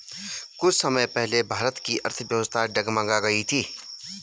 कुछ समय पहले भारत की अर्थव्यवस्था डगमगा गयी थी